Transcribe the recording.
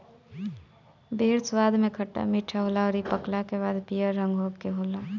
बेर स्वाद में खट्टा मीठा होला अउरी पकला के बाद पियर रंग के होला